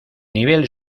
nivel